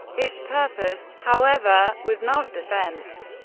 its purpose, however, was not defense,